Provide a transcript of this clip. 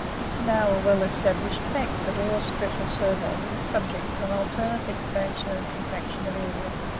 it is now a well-established fact that orr's special survey is subject to an alternate expansion and contraction of area,